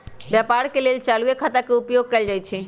व्यापार के लेल चालूये खता के उपयोग कएल जाइ छइ